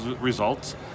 results